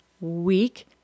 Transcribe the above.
week